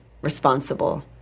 responsible